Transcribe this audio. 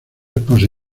esposa